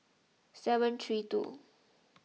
seven three two